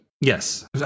Yes